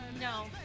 No